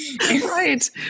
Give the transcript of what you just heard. Right